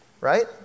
right